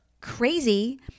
Crazy